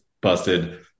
busted